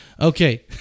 Okay